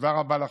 תודה רבה לכם.